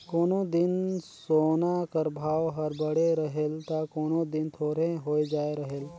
कोनो दिन सोना कर भाव हर बढ़े रहेल ता कोनो दिन थोरहें होए जाए रहेल